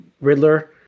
riddler